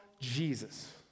Jesus